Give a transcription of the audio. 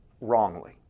wrongly